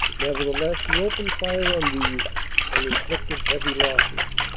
nevertheless he opened fire on these and inflicted heavy losses.